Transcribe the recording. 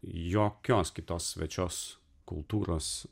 jokios kitos svečios kultūros